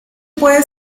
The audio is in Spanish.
puede